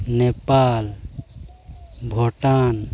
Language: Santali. ᱱᱮᱯᱟᱞ ᱵᱷᱩᱴᱟᱱ